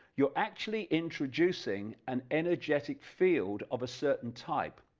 you actually introducing and energetic field of a certain type,